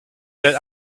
that